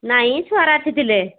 ନାଇଁ ଛୁଆଗୁରା ଆସିଥିଲେ